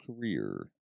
career